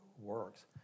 works